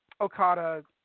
Okada